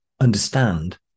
understand